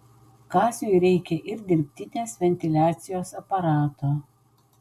kaziui reikia ir dirbtinės ventiliacijos aparato